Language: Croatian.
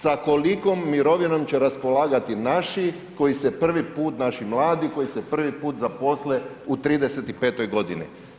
Sa kolikom mirovinom će raspolagati naši koji se prvi put, naši mladi koji se prvi put zaposle u 35. godini?